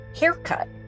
haircut